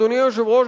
אדוני היושב-ראש,